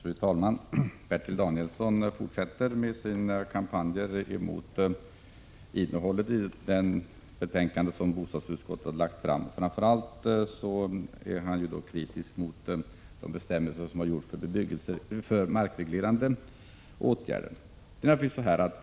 Fru talman! Bertil Danielsson fortsätter med sin kampanj mot innehållet i det betänkande som bostadsutskottet har lagt fram. Framför allt är han kritisk mot bestämmelserna om markreglerande åtgärder.